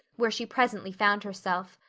where she presently found herself.